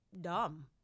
dumb